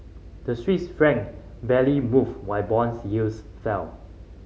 the Swiss franc barely moved while bonds yields fell